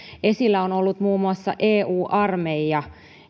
esillä on ollut muun muassa eu armeija